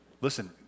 Listen